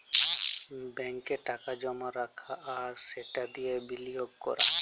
ব্যাংকে টাকা জমা রাখা আর সেট দিঁয়ে বিলিয়গ ক্যরা